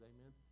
amen